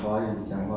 好啊